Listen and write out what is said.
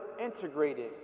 integrated